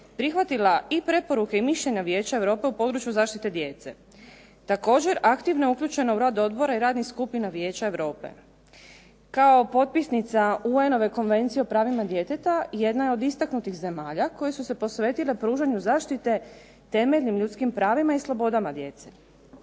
prihvatila i preporuke i mišljenja Vijeća Europe u pogledu zaštite djece. Također aktivno je uključeno u rad odbora i radnih skupina i Vijeća Europe. Kao potpisnica UN Konvencije o pravima djeteta, jedna je od istaknutih zemalja koje su se posvetile pružanju zaštite temeljnim ljudskim pravima i slobodama djece.